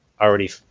already